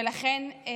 ולכן,